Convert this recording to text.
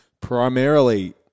primarily –